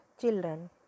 children